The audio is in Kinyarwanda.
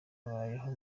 babayeho